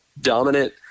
dominant